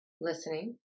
listening